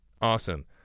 Awesome